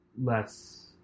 less